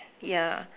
yeah